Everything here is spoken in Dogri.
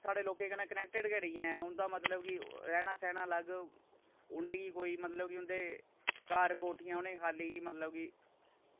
साढ़े लोकें कन्नै कनेक्टेड गै निं ऐ उंदा मतलब कि रैह्ना सैह्ना अलग उ'नेंगी कोई मतलब कि उंदे घर कोठियां उ'नेंगी खाली कि मतलब कि